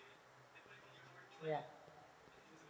ya